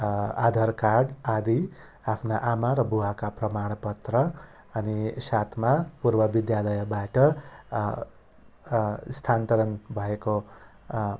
आधार card आदि आफ्ना आमा र बुबाका प्रमाणपत्र अनि साथमा पूर्व विद्यालयबाट स्थानान्तरण भएको